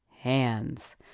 hands